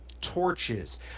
torches